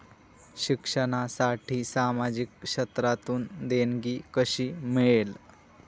शिक्षणासाठी सामाजिक क्षेत्रातून देणगी कशी मिळेल?